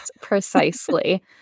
precisely